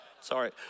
Sorry